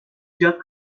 icat